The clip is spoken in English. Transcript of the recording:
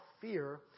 fear